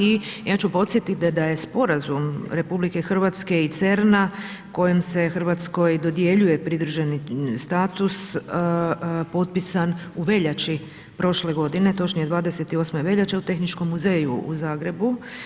I ja ću podsjetiti da je sporazum RH i CERN-a kojim se Hrvatskoj dodjeljuje pridruženi status potpisan u veljači prošle godine točnije 28. veljače u Tehničkom muzeju u Zagrebu.